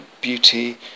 beauty